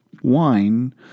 wine